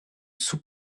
sous